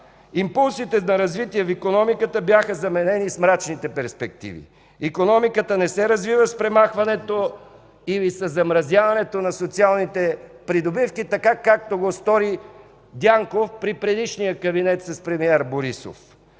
Импулсите за развитие в икономиката бяха заменени с мрачни перспективи. Икономиката не се развива с премахването или със замразяването на социалните придобивки, така, както го стори Дянков в предишния кабинет с премиер Борисов.